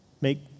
Make